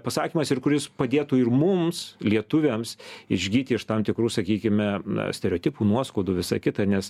pasakymas ir kuris padėtų ir mums lietuviams išgyti iš tam tikrų sakykime na stereotipų nuoskaudų visa kita nes